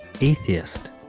Atheist